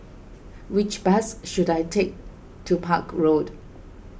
which bus should I take to Park Road